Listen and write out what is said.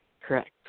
Correct